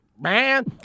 man